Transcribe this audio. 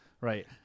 right